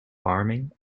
farming